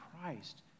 Christ